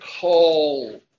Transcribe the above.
call